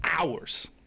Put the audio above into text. hours